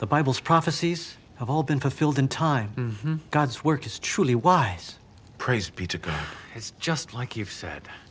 the bible's prophecies have all been fulfilled in time god's work is truly wise praise be to god it's just like you've said